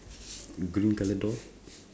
green colour door